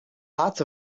lots